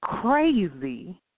crazy